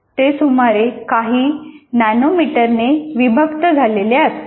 ते सुमारे काही नॅनोमीटरने विभक्त झालेले असतात